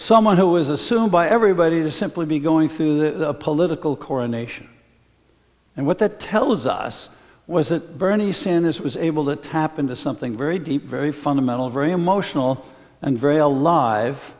someone who was assumed by everybody to simply be going through the political coronation and what that tells us was that bernie sanders was able to tap into something very deep very fundamental very emotional and very alive